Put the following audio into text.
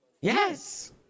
Yes